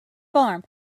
farm